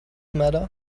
matter